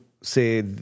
say